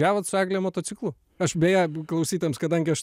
gavot su egle motociklu aš beje klausytojams kadangi aš